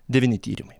devyni tyrimai